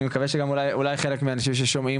אני מקווה שגם אולי חלק מהאנשים ששומעים